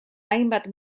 hainbat